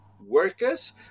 workers